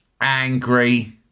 angry